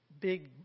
big